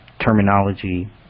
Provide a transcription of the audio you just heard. terminology